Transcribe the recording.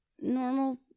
normal